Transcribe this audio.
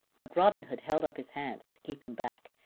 but robin hood held up his hand to keep him back,